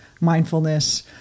mindfulness